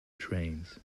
trains